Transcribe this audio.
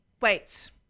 Wait